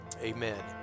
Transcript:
amen